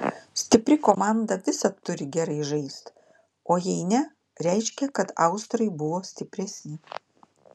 stipri komanda visad turi gerai žaist o jei ne reiškia kad austrai buvo stipresni